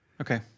Okay